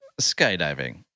skydiving